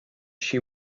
she